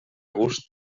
gust